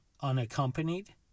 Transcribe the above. unaccompanied